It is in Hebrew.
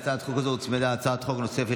להצעת חוק הזו הוצמדה הצעת חוק נוספת,